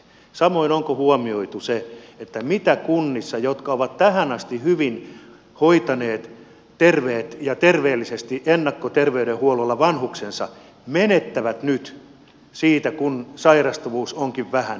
samoin onko huomioitu se mitä kunnissa jotka ovat tähän asti hyvin ja terveellisesti hoitaneet ennakkoterveydenhuollolla vanhuksensa menetetään nyt siitä kun sairastavuus onkin vähäinen